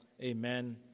Amen